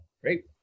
great